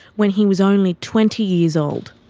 when he was only twenty years old.